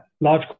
large